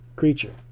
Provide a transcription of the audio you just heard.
Creature